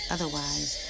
Otherwise